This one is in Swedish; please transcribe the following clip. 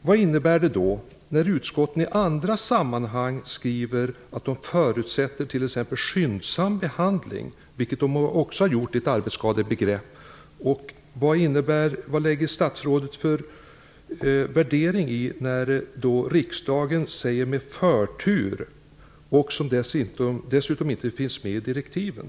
Vad innebär det då när utskotten i andra sam manhang skriver att de förutsätter skyndsam be handling, vilket de också har gjort när det gäller ett arbetsskadebegrepp? Vad lägger statsrådet för värdering i när riksdagen säger ''med förtur'' när det dessutom inte finns med i direktiven?